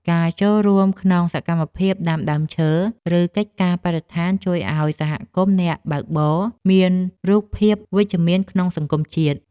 ការចូលរួមក្នុងសកម្មភាពដាំដើមឈើ ឬកិច្ចការបរិស្ថានជួយឱ្យសហគមន៍អ្នកបើកបរមានរូបភាពវិជ្ជមានក្នុងសង្គមជាតិ។